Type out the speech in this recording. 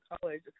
college